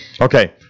Okay